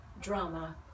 drama